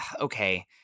okay